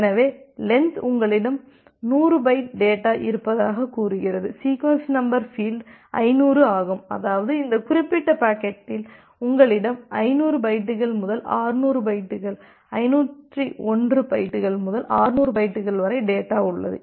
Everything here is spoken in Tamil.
எனவே லென்த் உங்களிடம் 100 பைட் டேட்டா இருப்பதாகக் கூறுகிறது சீக்வென்ஸ் நம்பர் ஃபீல்டு 500 ஆகும் அதாவது இந்த குறிப்பிட்ட பாக்கெட்டில் உங்களிடம் 500 பைட்டுகள் முதல் 600 பைட்டுகள் 501 பைட்டுகள் முதல் 600 பைட்டுகள் வரை டேட்டா உள்ளது